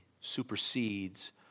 supersedes